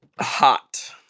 hot